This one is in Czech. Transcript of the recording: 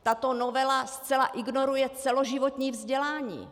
Tato novela zcela ignoruje celoživotní vzdělání.